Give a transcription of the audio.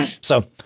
So-